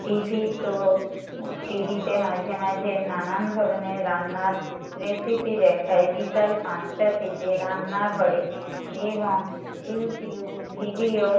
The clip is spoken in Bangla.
টিভি শো টিভিতে মাঝে মাঝে নানান ধরনের রান্নার রেসিপি দেখায় বিকাল পাঁচটা থেকে রান্নাঘরে এবং ইউটিউব ভিডিও